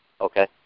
Okay